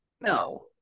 no